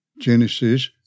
Genesis